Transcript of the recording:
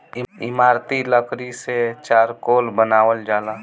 इमारती लकड़ी से चारकोल बनावल जाला